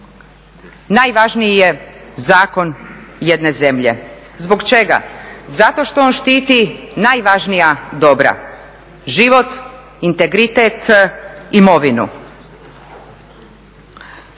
najvažniji je zakon jedne zemlje. Zbog čega? Zato što on štiti najvažnija dobra, život, integritet, imovinu.